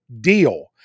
deal